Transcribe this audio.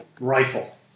rifle